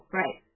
right